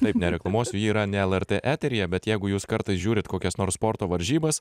taip nereklamuosiu yra ne lrt eteryje bet jeigu jūs kartais žiūrit kokias nors sporto varžybas